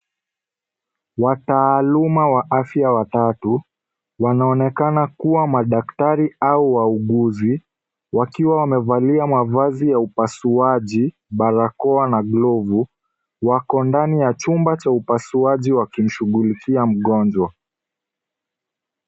Wataaluma wa afya watatu wanaonekana kuwa madaktari au wauguzi wakiwa wamevalia mavazi ya upasuaji barakoa na glovu wako ndani ya chumba cha uasuaji wakimshughulikia mgonjwa.